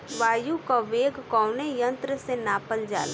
वायु क वेग कवने यंत्र से नापल जाला?